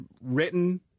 written